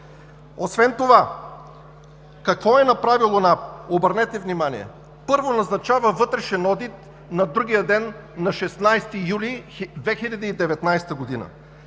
Освен това – какво е направила НАП? Обърнете внимание: първо, назначава вътрешен одит на другия ден, на 16 юли 2019 г.,